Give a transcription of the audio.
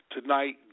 tonight